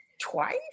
twice